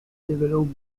developed